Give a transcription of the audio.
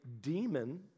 demon